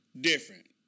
different